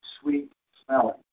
sweet-smelling